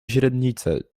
źrenice